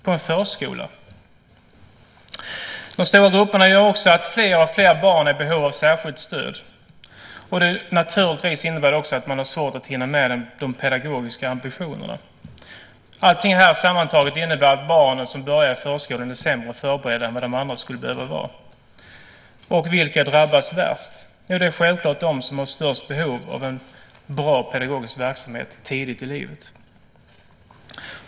På en förskola! De stora grupperna gör att fler och fler barn är i behov av särskilt stöd. Det innebär naturligtvis också att man har svårt att hinna med de pedagogiska ambitionerna. Allting här sammantaget innebär att barnen som börjar i förskolan är sämre förberedda än de annars skulle behöva vara. Vilka drabbas värst? Det är självklart de som har störst behov av en bra pedagogisk verksamhet tidigt i livet.